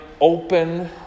open